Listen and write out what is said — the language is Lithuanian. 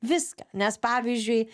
viską nes pavyzdžiui